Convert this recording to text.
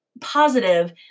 positive